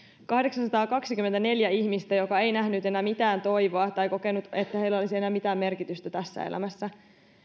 kahdeksansataakaksikymmentäneljä ihmistä jotka eivät nähneet enää mitään toivoa tai kokeneet että heillä olisi enää mitään merkitystä tässä elämässä